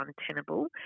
untenable